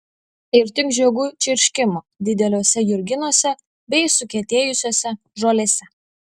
ir tik žiogų čirškimo dideliuose jurginuose bei sukietėjusiose žolėse